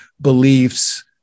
beliefs